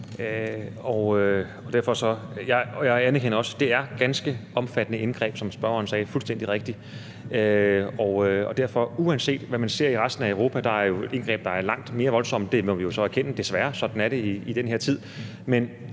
om. Jeg anerkender også, at det er et ganske omfattende indgreb, som spørgeren fuldstændig rigtigt sagde, og uanset hvad man ser i resten af Europa, hvor der er indgreb, der er langt voldsommere – det må vi jo erkende, desværre, sådan er det i den her tid